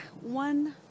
one